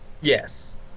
Yes